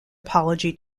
apology